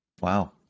Wow